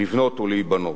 לבנות ולהיבנות.